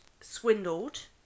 Swindled